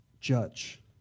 judge